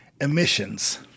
emissions